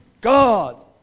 God